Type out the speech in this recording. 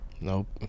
Nope